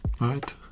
right